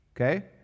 Okay